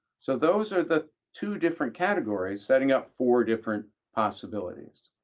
so those are the two different categories setting up four different possibilities.